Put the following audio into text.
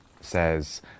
says